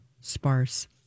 Sparse